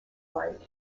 light